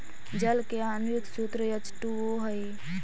जल के आण्विक सूत्र एच टू ओ हई